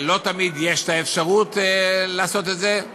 לא תמיד יש אפשרות לעשות את זה.